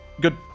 good